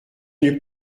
n’eût